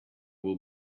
will